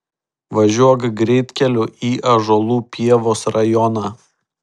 važiuok greitkeliu į ąžuolų pievos rajoną